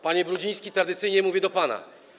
Panie Brudziński, tradycyjnie mówię do pana.